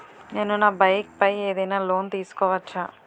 నేను నా బైక్ పై ఏదైనా లోన్ తీసుకోవచ్చా?